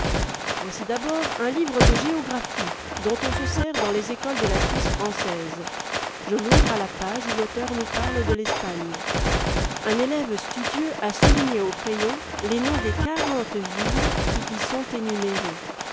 voici d'abord un livre de géographie dont on se sert dans les écoles de la suisse française je l'ouvre à la page où l'auteur nous parle de l'espagne urt élève studieux a souligné au crayon les noms des quarante villes qui y sont énumérées